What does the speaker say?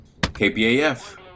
KPAF